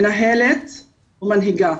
מנהלת ומנהיגה.